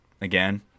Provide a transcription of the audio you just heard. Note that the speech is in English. Again